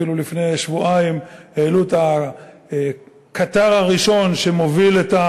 אפילו לפני שבועיים העלו את הקטר הראשון שמוביל את,